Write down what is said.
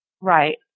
Right